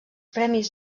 premis